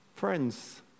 Friends